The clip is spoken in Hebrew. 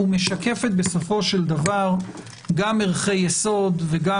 ומשקפת בסופו של דבר גם ערכי יסוד וגם